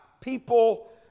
people